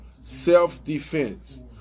self-defense